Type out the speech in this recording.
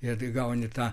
ir gauni tą